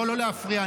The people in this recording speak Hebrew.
לא להפריע,